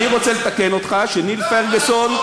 אני רוצה לתקן אותך שניל פרגוסון,